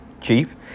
chief